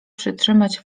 przytrzymać